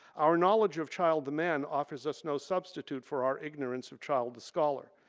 our knowledge of child the man offers us no substitute for our ignorance of child the scholar,